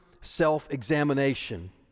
self-examination